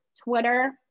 twitter